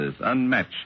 unmatched